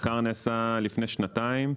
המחקר נעשה לפני שנתיים.